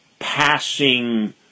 passing